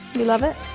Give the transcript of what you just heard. you love it?